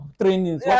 trainings